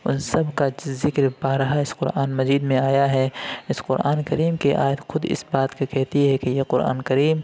اُن سب کا ذکر بارہا اِس قرآن مجید میں آیا ہے اِس قرآن کریم کی آیت خود اِس بات کو کہتی ہے کہ یہ قرآن کریم